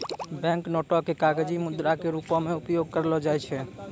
bank नोटो के कागजी मुद्रा के रूपो मे उपयोग करलो जाय छै